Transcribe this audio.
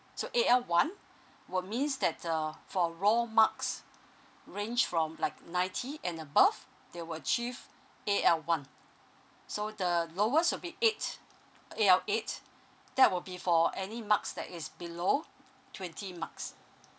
so A_L one will means that uh for roll marks range from like ninety and above they will achieve A_L one so the lowest will be eight A_L eight that will be for any marks that is below twenty marks